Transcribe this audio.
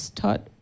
taught